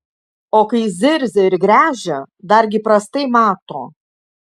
o kai zirzia ir gręžia dargi prastai mato